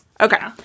Okay